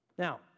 Now